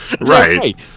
right